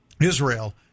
Israel